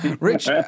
Rich